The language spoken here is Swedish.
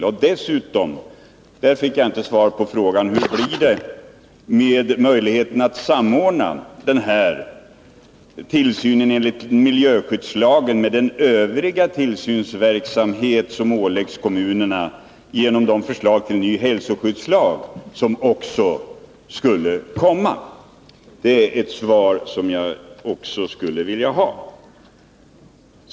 Jag fick vidare inte något svar på frågan hur det skall vara möjligt att samordna tillsynen enligt miljöskyddslagen med den övriga tillsynsverksamhet som åläggs kommunerna genom det förslag till ny hälsoskyddslag som också skall komma. Det är ett besked som jag också skulle vilja ha.